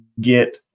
get